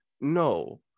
no